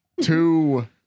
Two